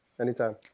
anytime